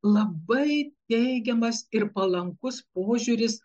labai teigiamas ir palankus požiūris